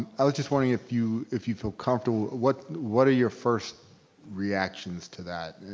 i was just wondering if you, if you feel comfortable, what what are your first reactions to that?